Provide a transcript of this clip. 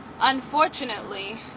Unfortunately